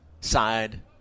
side